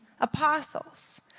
apostles